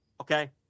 okay